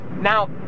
Now